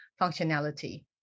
functionality